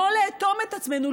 לא לאטום את עצמנו,